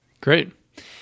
Great